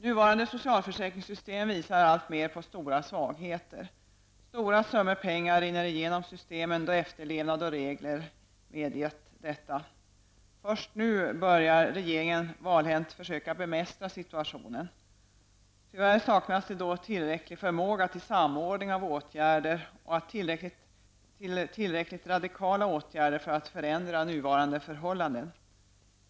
Nuvarande socialförsäkringssystem visar allt mer på stora svagheter. Stora summor pengar rinner igenom systemen då efterlevnad och regler medgett detta. Först nu börjar regeringen valhänt försöka bemästra situationen. Tyvärr saknas det då tillräcklig förmåga till samordning av åtgärder och till tillräckligt radikala åtgärder för att förändra nuvarande förhållanden.